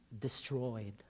destroyed